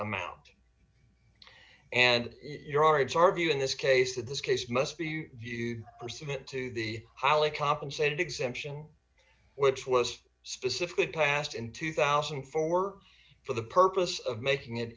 amount and your are it's our view in this case that this case must be pursuant to the highly compensated exemption which was specifically passed in two thousand and four for the purpose of making it